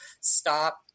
stop